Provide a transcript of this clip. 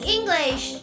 English